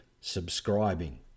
subscribing